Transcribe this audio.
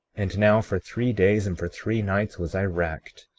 and now, for three days and for three nights was i racked,